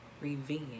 revenge